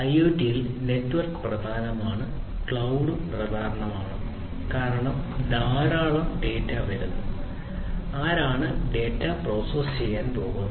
IoT ൽ network പ്രധാനമാണ് ക്ലൌഡും പ്രധാനമാണ് കാരണം ധാരാളം ഡാറ്റ വരുന്നു ആരാണ് ഡാറ്റ പ്രോസസ്സ് ചെയ്യാൻ പോകുന്നത്